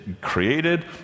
created